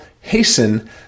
hasten